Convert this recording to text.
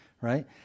right